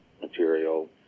material